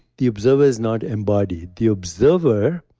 the observer is not embodied. the observer